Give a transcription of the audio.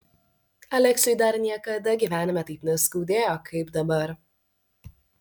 aleksiui dar niekada gyvenime taip neskaudėjo kaip dabar